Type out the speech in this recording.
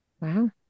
wow